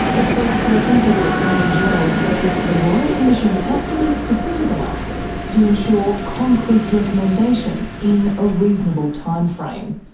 a spokesperson for the attorney general says the royal commission has to be specific enough to ensure concrete recommendations in a reasonable timeframe.